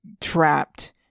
trapped